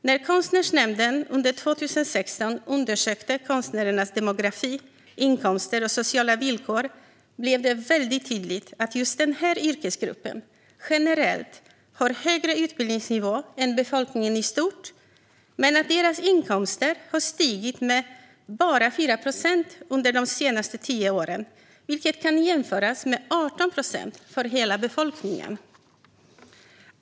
När Konstnärsnämnden under 2016 undersökte konstnärernas demografi, inkomster och sociala villkor blev det väldigt tydligt att just den här yrkesgruppen generellt har högre utbildningsnivå än befolkningen i stort men att deras inkomster har stigit med bara 4 procent under de senaste tio åren, vilket kan jämföras med 18 procent för hela befolkningen.